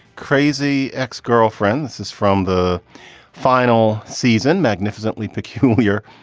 crazy ex-girlfriend. this is from the final season, magnificently peculiar,